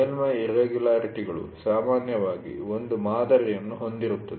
ಮೇಲ್ಮೈ ಇರ್ರೆಗುಲರಿಟಿ'ಗಳು ಸಾಮಾನ್ಯವಾಗಿ ಒಂದು ಮಾದರಿಯನ್ನು ಹೊಂದಿರುತ್ತವೆ